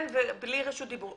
מי אומר כן ובלי רשות דיבור?